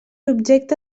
objecte